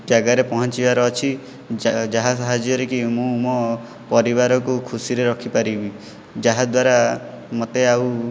ଜାଗାରେ ପହଞ୍ଚିବାର ଅଛି ଯାହା ସାହାଯ୍ୟରେ କି ମୁଁ ମୋ' ପରିବାରକୁ ଖୁସିରେ ରଖି ପାରିବି ଯାହାଦ୍ଵାରା ମୋତେ ଆଉ